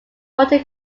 water